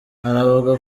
anavuga